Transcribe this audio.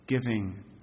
giving